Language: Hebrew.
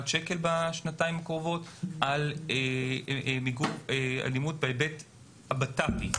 שקל בשנתיים הקרובות על מיגור אלימות בהיבט הבט"פ.